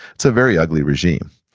it's a very ugly regime.